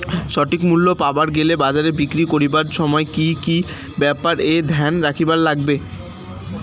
সঠিক মূল্য পাবার গেলে বাজারে বিক্রি করিবার সময় কি কি ব্যাপার এ ধ্যান রাখিবার লাগবে?